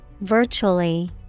Virtually